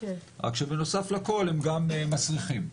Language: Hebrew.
רק שבנוסף לכל הם גם מסריחים.